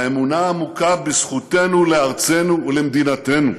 האמונה העמוקה בזכותנו לארצנו ולמדינתנו.